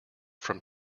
from